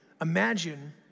Imagine